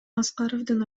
аскаровдун